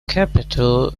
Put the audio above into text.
capital